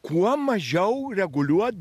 kuo mažiau reguliuot